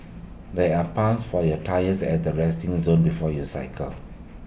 there are pumps for your tyres at the resting zone before you cycle